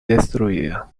destruida